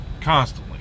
constantly